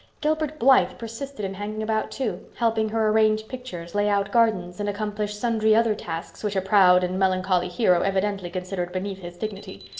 gilbert blythe persisted in hanging about too, helping her arrange pictures lay out gardens, and accomplish sundry other tasks which a proud and melancholy hero evidently considered beneath his dignity.